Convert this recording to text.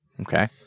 Okay